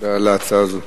להצעה הזאת?